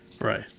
Right